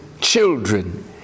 children